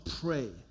pray